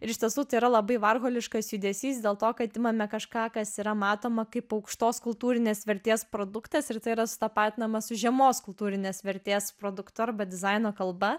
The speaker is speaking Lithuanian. ir iš tiesų tai yra labai varholiškas judesys dėl to kad imame kažką kas yra matoma kaip aukštos kultūrinės vertės produktas ir tai yra sutapatinamas su žemos kultūrinės vertės produktu arba dizaino kalba